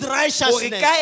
righteousness